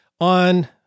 on